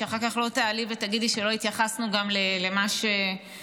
שאחר כך לא תעלי ותגידי שלא התייחסנו גם למה שהגשנו,